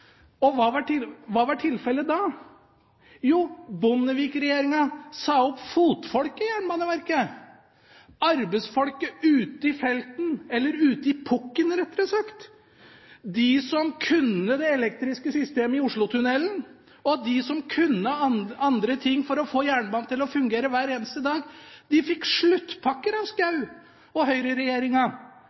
Hva var tilfellet da? Jo, Bondevik-regjeringa sa opp fotfolket i Jernbaneverket. Arbeidsfolket ute i felten, eller rettere sagt ute i pukken – de som kunne det elektriske systemet i Oslotunnelen og de som kunne andre ting for å få jernbanen til å fungere hver eneste dag – fikk sluttpakker av Schou og høyreregjeringa.